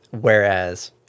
Whereas